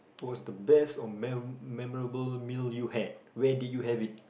was the best or mem~ memorable meal you had where did you have it